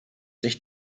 sich